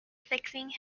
fixing